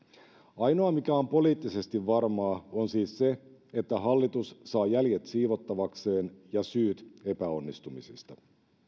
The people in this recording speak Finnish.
ainoa mikä on poliittisesti varmaa on siis se että hallitus saa jäljet siivottavakseen ja syyt epäonnistumisista